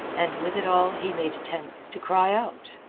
and with it all he made attempts to cry out.